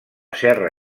serra